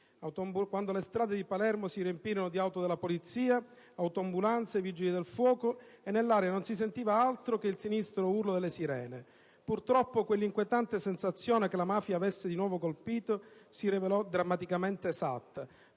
quando le strade di Palermo si riempirono di auto della polizia, autoambulanze, Vigili del fuoco, e nell'aria non si sentiva altro che il sinistro urlo delle sirene. Purtroppo, quell'inquietante sensazione che la mafia avesse di nuovo colpito si rivelò drammaticamente esatta.